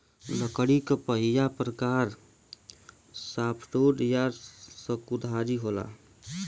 लकड़ी क पहिला प्रकार सॉफ्टवुड या सकुधारी होला